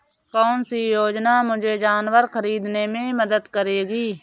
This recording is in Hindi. कौन सी योजना मुझे जानवर ख़रीदने में मदद करेगी?